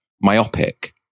myopic